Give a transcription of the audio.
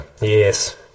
Yes